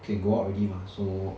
can go out already mah so